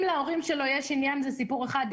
אם להורים שלו יש עניין זה סיפור אחד.